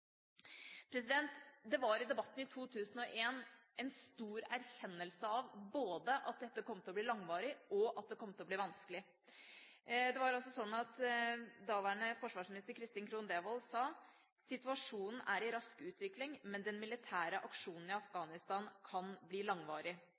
Det var i debatten 2001 en stor erkjennelse av både at dette kom til å bli langvarig, og at det kom til å bli vanskelig. Det var sånn at daværende forsvarsminister Kristin Krohn Devold sa: «Situasjonen er i rask utvikling, men den militære aksjonen i